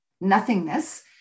nothingness